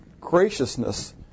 graciousness